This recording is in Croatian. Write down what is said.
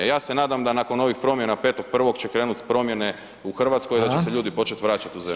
Ja se nadam da nakon ovih promjena 5.1. će krenut promjene u Hrvatskoj i da će se ljudi početi vraćati u zemlju.